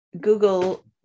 Google